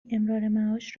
امرارمعاش